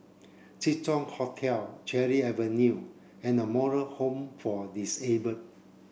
Jin Dong Hotel Cherry Avenue and The Moral Home for Disabled